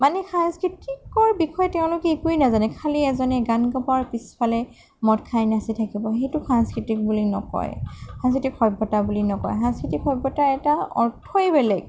মানে সাংস্কৃতিকৰ বিষয়ে তেওঁলোকে একোৱে নাজানে খালী এজনে গান গাব আৰু পিছফালে মদ খাই নাচি থাকিব সেইটো সাংস্কৃতিক বুলি নকয় সাংস্কৃতিক সভ্যতা বুলি নকয় সাংস্কৃতিক সভ্যতাৰ এটা অৰ্থই বেলেগ